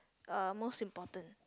uh most important